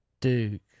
Duke